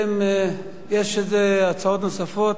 יש איזה הצעות נוספות?